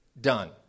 done